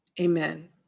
Amen